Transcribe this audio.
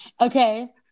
Okay